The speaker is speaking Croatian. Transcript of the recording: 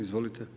Izvolite.